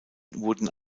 wurden